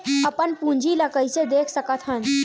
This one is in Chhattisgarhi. अपन पूंजी ला कइसे देख सकत हन?